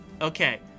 Okay